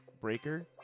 breaker